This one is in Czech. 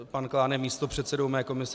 Pan Klán je místopředsedou mé komise.